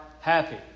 happy